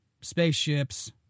spaceships